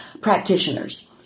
practitioners